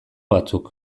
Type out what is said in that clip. batzuk